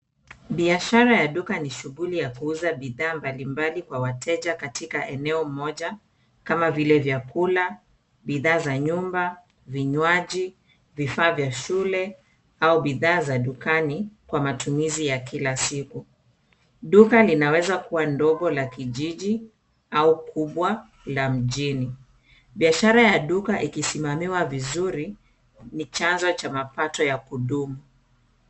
Biashara ya duka ni shughuli ya kuuza bidhaa mbali mbali kwa wateja katika eneo moja kama vile vyakula, bidhaa za nyumba, vinywaji vifaa vya shule au bidhaa za dukani kwa matumizi ya kila siku. Duka linaweza kuwa ndogo la kijiji au kubwa la mjini. Biashara ya duka ikisimamiwa vizuri, ni chanzo cha mapato ya kudumu.